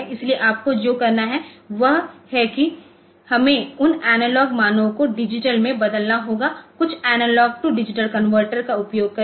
इसलिए आपको जो करना है वह है कि हमें उन एनालॉग मानों को डिजिटल में बदलना होगा कुछ एनालॉग टू डिजिटल कनवर्टर का उपयोग करके